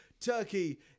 Turkey